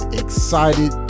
excited